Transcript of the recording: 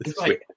right